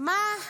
מה?